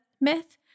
myth